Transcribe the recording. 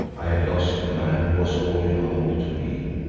i had lost the man who was all in all to me,